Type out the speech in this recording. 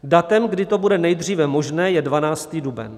Datem, kdy to bude nejdříve možné, je 12. duben.